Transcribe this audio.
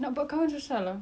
nak buat kawan susah lah